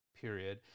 period